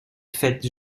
faite